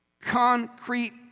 Concrete